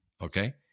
Okay